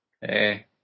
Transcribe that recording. Hey